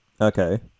Okay